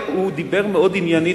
הוא דיבר מאוד עניינית,